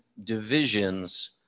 Divisions